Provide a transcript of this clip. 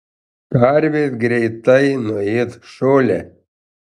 karvės greitai nuės žolę